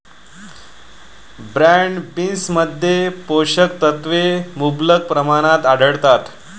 broad बीन्समध्ये पोषक तत्वे मुबलक प्रमाणात आढळतात